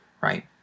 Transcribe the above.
right